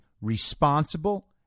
responsible